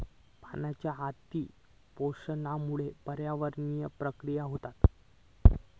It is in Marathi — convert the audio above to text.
पाण्याच्या अती शोषणामुळा पर्यावरणीय प्रक्रिया होतत